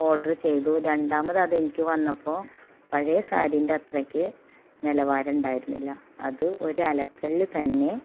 order ചെയ്തു രണ്ടാമത് അതെനിക്ക് വന്നപ്പോൾ പഴയ സാരിൻ്റ അത്രയ്ക്ക് നിലവാരം ഉണ്ടായിരുന്നില്ല അത് ഒര് അലക്കലില് തന്നെ